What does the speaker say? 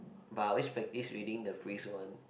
but I always practice reading the priest one